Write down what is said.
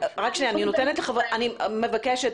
אני מבקשת,